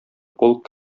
полк